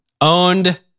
owned